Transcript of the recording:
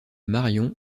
marion